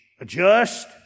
adjust